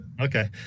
Okay